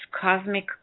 cosmic